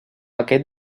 aquest